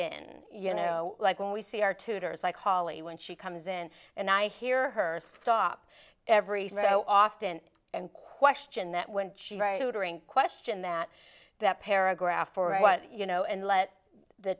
in you know like when we see our tutors like holly when she comes in and i hear her stop every so often and question that when question that that paragraph or what you know and let the